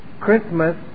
Christmas